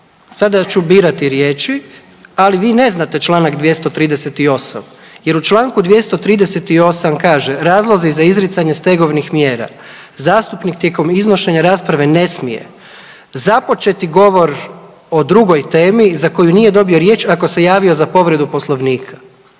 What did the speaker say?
sada ću birati riječi, ali vi ne znate čl. 238. jer u čl. 238. kaže „Razlozi za izricanje stegovnih mjera, zastupnik tijekom iznošenja rasprave ne smije započeti govor o drugoj temi za koju nije dobio riječ ako se javio za povredu poslovnika.“